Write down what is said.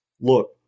look